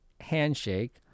handshake